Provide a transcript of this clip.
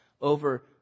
Over